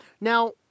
Now